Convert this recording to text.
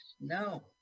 no